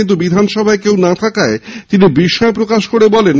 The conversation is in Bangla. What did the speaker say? কিন্তু বিধানসভায় কেউ না থাকায় তিনি বিষ্ময় প্রকাশ করেন